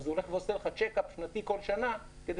אז הוא עושה לך צ'ק-אפ שנתי כל שנה כדי